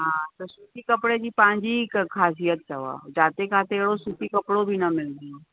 हा त सूती कपिड़े जी पंहिंजी हिकु ख़ासियत अथव जिते किथे अहिड़ो सूती कपिड़ो बि न मिलंदो